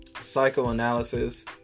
psychoanalysis